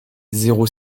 zéro